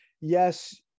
Yes